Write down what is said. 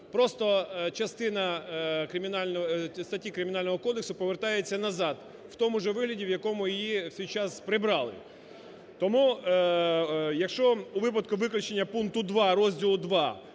просто частина статті Кримінального кодексу повертається назад в тому ж вигляді, в якому її у свій час прибрали. Тому, якщо у випадку виключення пункт 2 розділу ІІ